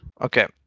Okay